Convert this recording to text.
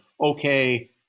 okay